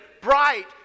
bright